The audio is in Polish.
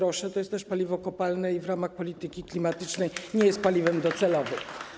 To też jest paliwo kopalne i w ramach polityki klimatycznej nie jest paliwem docelowym.